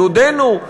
דודינו,